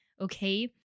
okay